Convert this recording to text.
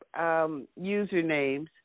usernames